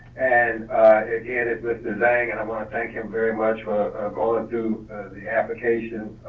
and again, it was designed, and i wanna thank him very much for going through the application.